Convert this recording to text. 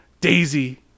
Daisy